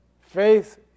Faith